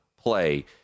play